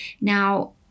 Now